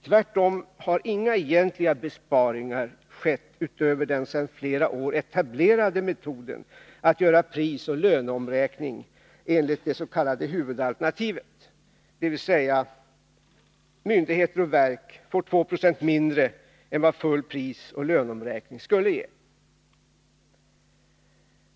Tvärtom har inga egentliga besparingar skett utöver den sedan flera år etablerade metoden att göra prisoch löneomräkning enligt det s.k. huvudalternativet, dvs. att myndigheter och verk får 2 70 mindre än vad full prisoch löneomräkning skulle ge.